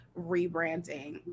rebranding